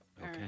Okay